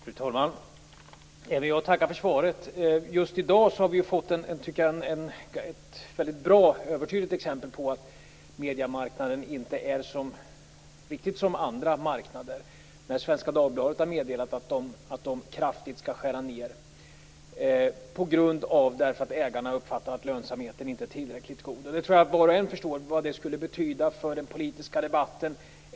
Fru talman! Även jag tackar för svaret. Just i dag har vi fått ett väldigt bra, kanske övertydligt, exempel på att mediemarknaden inte är riktigt som andra marknader: Svenska Dagbladet har meddelat att man kraftigt skall skära ned, därför att ägarna uppfattar att lönsamheten inte är tillräckligt god. Jag tror att var och en förstår vad detta skulle betyda för den politiska debatten.